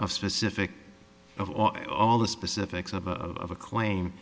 of specific of all the specifics of a claim